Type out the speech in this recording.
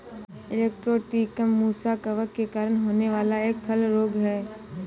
colletotrichum musae कवक के कारण होने वाला एक फल रोग है